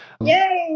Yay